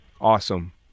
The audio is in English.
Awesome